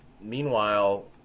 Meanwhile